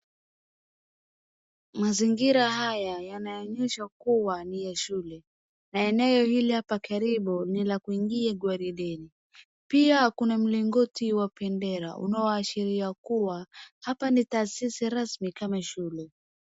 Mazingira haya yanaonyesha kuwa ni ya shule na eneo hili hapa karibu ni la kuingia gwarideni. Pia kuna mlingoti wa bendera unaoashiria kuwa hapa ni taasisi rasmi kama shule.